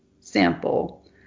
sample